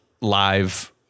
live